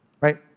right